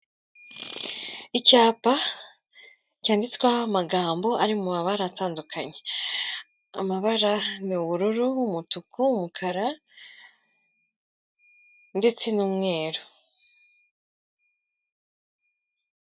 Icyapa cyanditsweho amagambo ari mu mabara atandukanye, amabara ni ubururu, umutuku, umukara ndetse n'umweru.